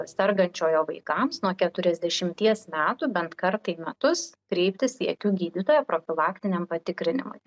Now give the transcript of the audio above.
sergančiojo vaikams nuo keturiasdešimties metų bent kartą į metus kreiptis į akių gydytoją profilaktiniam patikrinimui